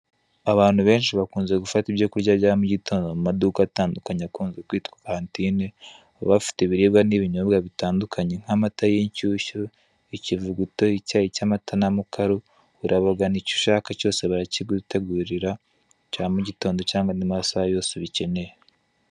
Abantu benshi bakunze gufata ibyo kurya bya gitondo mu maduka atundukanye akunze kwitwa Cantine baba bafite ibiribwa n'ibinyobwa bitandukanye nk'amata y'inshyushyu, ikivuguto, icyayi cy'amata na mukaru urabagana icyo ushaka cyose barikigutegurira cya mugitondo cyangwa andi masaha yose ubikeneye.